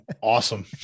awesome